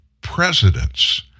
presidents